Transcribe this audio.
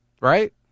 right